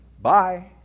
bye